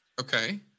Okay